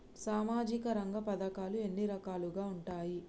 సామాజిక రంగ పథకాలు ఎన్ని రకాలుగా ఉంటాయి?